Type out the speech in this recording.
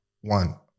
one